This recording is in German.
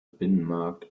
binnenmarkt